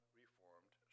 reformed